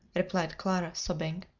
replied clara, sobbing.